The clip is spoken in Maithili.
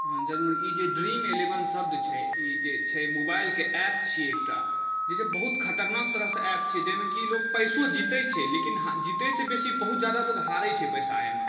हाँ जरूर ई जे ड्रीम इलेवन शब्द छै ई जे छै मोबाइलके ऐप छियै एकटा जे छै बहुत खतरनाक तरहसे ऐप छियै जाहिमे लोक पैसो जीतैत छै लेकिन जीतैसँ बेसी बहुत ज्यादा लोक हारैत छै पैसा एहिमे